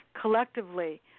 collectively